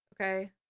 Okay